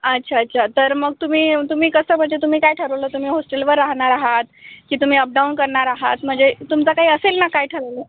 अच्छा अच्छा तर मग तुम्ही तुम्ही कसं म्हणजे तुम्ही काय ठरवलं तुम्ही हॉस्टेलवर राहणार आहात की तुम्ही अपडाऊन करणार आहात म्हणजे तुमचा काही असेल ना काय ठरलेलं